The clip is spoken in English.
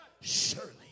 surely